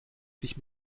sich